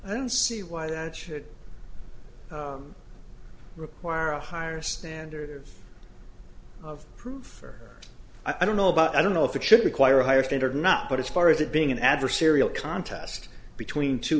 i don't see why that should require a higher standard of of proof for i don't know about i don't know if it should require a higher standard not but as far as it being an adversarial contest between two